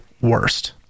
worst